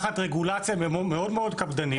תחת רגולציה מאוד מאוד קפדנית.